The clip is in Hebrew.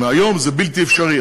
היום זה בלתי אפשרי.